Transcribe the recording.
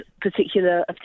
particular